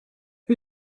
who